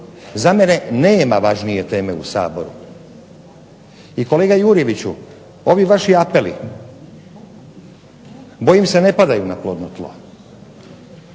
Za mene nema važnije teme u Saboru. I kolega Jurjeviću, ovi vaši apeli bojim se ne padaju na plodno tlo,